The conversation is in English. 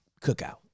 cookout